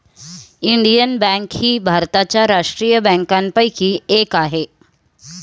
Indian Bank ही भारताच्या राष्ट्रीय बँकांपैकी एक आहे